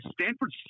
Stanford